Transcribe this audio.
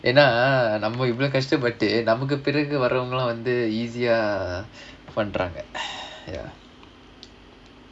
ஏனா நம்மஇவ்ளோ கஷ்டப்பட்டு நமக்கு பிறகு வரவங்க வந்து:yaenaa namma ivlo kashtapattu nammakku piragu varavanga vandhu easy ah பண்றாங்க:pandraanga ya